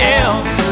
else